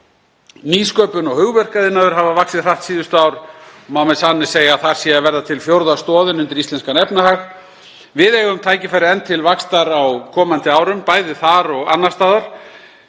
Nýsköpun og hugverkaiðnaður hafa vaxið hratt síðustu ár og má með sanni segja að þar sé að verða til fjórða stoðin undir íslenskan efnahag. Við eigum tækifæri til enn meiri vaxtar á komandi árum bæði þar og annars staðar,